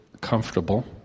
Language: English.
comfortable